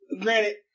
granted